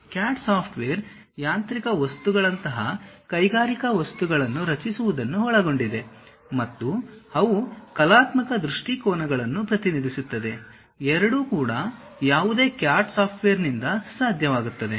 CAD software ಯಾಂತ್ರಿಕ ವಸ್ತುಗಳಂತಹ ಕೈಗಾರಿಕಾ ವಸ್ತುಗಳನ್ನು ರಚಿಸುವುದನ್ನು ಒಳಗೊಂಡಿದೆ ಮತ್ತು ಅವು ಕಲಾತ್ಮಕ ದೃಷ್ಟಿಕೋನಗಳನ್ನು ಪ್ರತಿನಿಧಿಸುತ್ತವೆ ಎರಡೂ ಕೂಡ ಯಾವುದೇ CAD ಸಾಫ್ಟ್ವೇರ್ನಿಂದ ಸಾಧ್ಯ ವಾಗುತ್ತದೆ